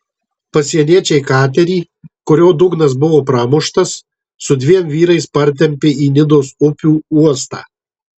pasieniečiai katerį kurio dugnas buvo pramuštas su dviem vyrais partempė į nidos upių uostą